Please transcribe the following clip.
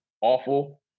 awful